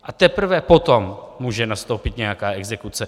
A teprve potom může nastoupit nějaká exekuce.